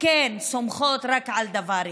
כן סומכות רק על דבר אחד: